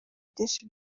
byinshi